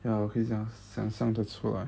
ya 我可以想想象得出来